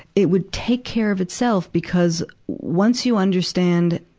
it would take care of itself because once you understand,